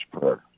Prayer